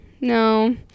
No